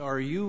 are you